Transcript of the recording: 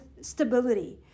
stability